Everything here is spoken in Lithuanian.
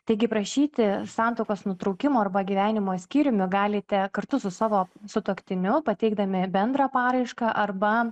taigi prašyti santuokos nutraukimo arba gyvenimo skyrium galite kartu su savo sutuoktiniu pateikdami bendrą paraišką arba